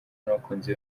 n’abakunzi